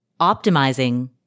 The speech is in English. optimizing